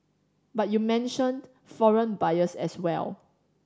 but you mentioned foreign buyers as well